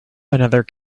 another